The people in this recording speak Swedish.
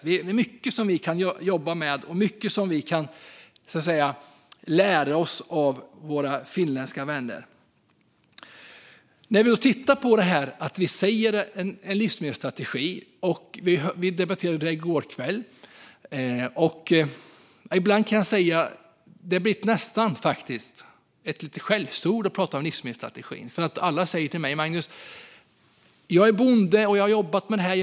Det är mycket som vi kan jobba med och mycket som vi kan lära oss av våra finländska vänner. Vi debatterade detta i går kväll, och ibland, kan jag säga, blir det nästan lite av ett skällsord när man pratar om livsmedelsstrategin. Alla säger till mig: Magnus, jag är bonde och har jobbat med det här.